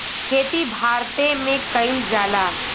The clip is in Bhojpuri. खेती भारते मे कइल जाला